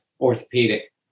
orthopedic